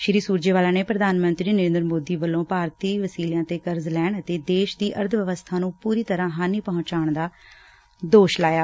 ਸ੍ਰੀ ਸੂਰਜੇਵਾਲਾ ਨੇ ਪ੍ਰਧਾਨ ਮੰਤਰੀ ਨਰੇਦਰ ਮੋਦੀ ਵੱਲੋ ਭਾਰਤੀ ਵਸੀਲਿਆਂ ਤੇ ਕਰਜ਼ ਲੈਣ ਅਤੇ ਦੇਸ਼ ਦੀ ਅਰਬ ਵਿਵਸਬਾ ਨੂੰ ਪੁਰੀ ਤਰ੍ਜਾ ਹਾਨੀ ਪਹੁੰਚਾਉਣ ਦਾ ਦੋਸ਼ ਲਾਇਆ